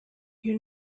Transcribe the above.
you